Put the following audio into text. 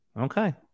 Okay